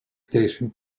station